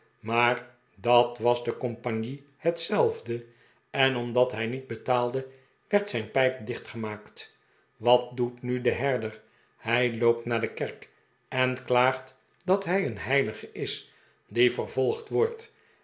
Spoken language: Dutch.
maar dat was de compagnie hetzelfde en omdat hij niet betaalde werd zijn pijp dichtgemaakt wat doet nu de herder hij loopt naar de kerk en klaagt dat hij een heilige is die vervolgd wordt